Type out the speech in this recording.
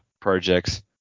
projects